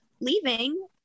leaving